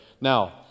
Now